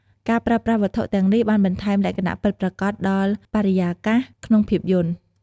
ការប្រើប្រាស់វត្ថុទាំងនេះបានបន្ថែមលក្ខណៈពិតប្រាកដដល់បរិយាកាស ក្នុងភាពយន្ត។